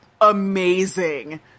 amazing